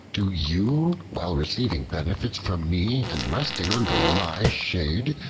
do you, while receiving benefits from me and resting under my shade,